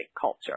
culture